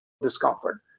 discomfort